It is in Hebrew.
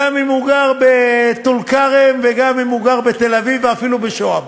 גם אם הוא גר בטול-כרם וגם אם הוא גר בתל-אביב ואפילו בשוהם.